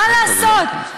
מה לעשות,